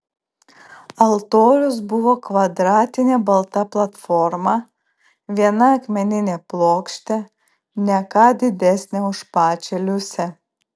altorius buvo kvadratinė balta platforma viena akmeninė plokštė ne ką didesnė už pačią liusę